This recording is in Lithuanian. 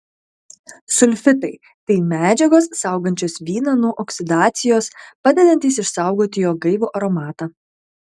sulfitai tai medžiagos saugančios vyną nuo oksidacijos padedantys išsaugoti jo gaivų aromatą